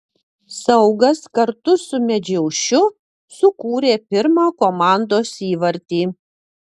saugas kartu su medžiaušiu sukūrė pirmą komandos įvartį